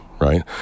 right